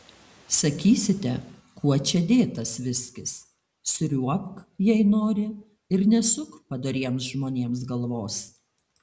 sakysite kuo čia dėtas viskis sriuobk jei nori ir nesuk padoriems žmonėms galvos